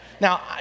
Now